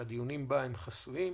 שהדיונים בהן חסויים.